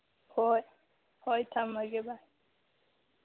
ꯍꯣꯏ ꯍꯣꯏ ꯊꯝꯃꯒꯦ ꯕꯥꯏ